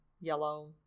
yellow